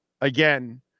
Again